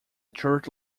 church